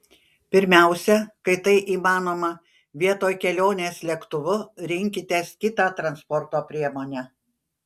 pirmiausia kai tai įmanoma vietoj kelionės lėktuvu rinkitės kitą transporto priemonę